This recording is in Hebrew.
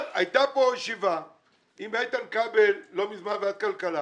אבל הייתה פה ישיבה עם איתן כבל לא מזמן בוועדת הכלכלה